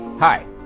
Hi